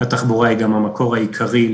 אנשים יוכלו להחליף בין כמה קווים אחרים,